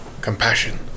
compassion